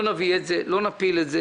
לא נביא אותו, לא נפיל אותו.